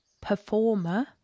performer